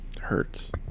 Hurts